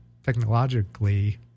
technologically